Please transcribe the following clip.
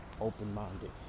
open-minded